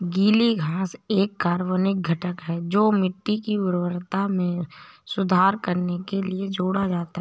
गीली घास एक कार्बनिक घटक है जो मिट्टी की उर्वरता में सुधार करने के लिए जोड़ा जाता है